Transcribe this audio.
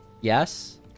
Yes